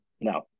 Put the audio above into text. No